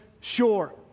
sure